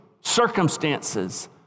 circumstances